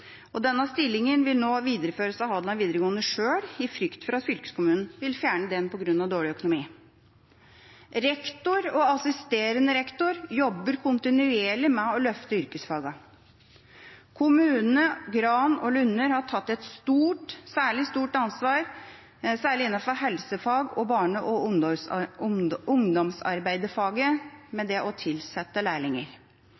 Denne stillingen vil nå videreføres av Hadeland videregående selv, i frykt for at fylkeskommunen vil fjerne den på grunn av dårlig økonomi. Rektor og assisterende rektor jobber kontinuerlig med å løfte yrkesfagene. Kommunene Gran og Lunner har tatt et særlig stort ansvar, særlig innenfor helsefag og barne- og ungdomsarbeiderfaget,